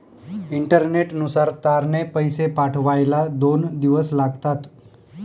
इंटरनेटनुसार तारने पैसे पाठवायला दोन दिवस लागतात